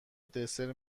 دسر